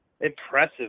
impressive